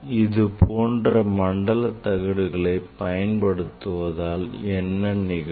இதுபோன்ற மண்டல தகடுகளை பயன்படுத்துவதால் என்ன நிகழும்